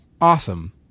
awesome